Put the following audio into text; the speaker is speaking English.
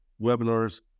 webinars